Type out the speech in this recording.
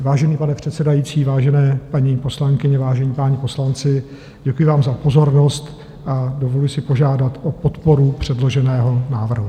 Vážený pane předsedající, vážené paní poslankyně, vážení páni poslanci, děkuji vám za pozornost a dovoluji si požádat o podporu předloženého návrhu.